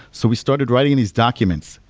so we started writing these documents.